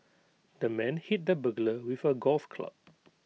the man hit the burglar with A golf club